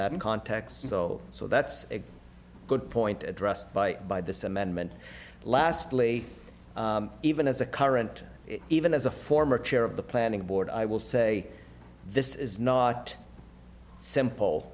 that context so so that's a good point addressed by by this amendment lastly even as a current even as a former chair of the planning board i will say this is not simple